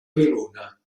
verona